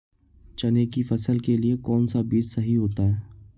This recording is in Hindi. चने की फसल के लिए कौनसा बीज सही होता है?